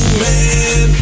man